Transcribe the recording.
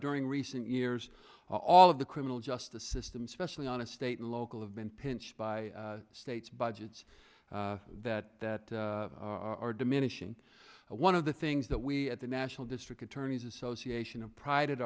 during recent years all of the criminal justice system especially on a state and local have been pinched by states budgets that are diminishing one of the things that we at the national district attorneys association of prided